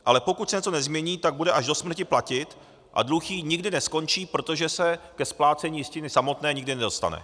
Ale pokud se něco nezmění, tak bude až do smrti platit a dluh jí nikdy neskončí, protože se ke splácení jistiny samotné nikdy nedostane.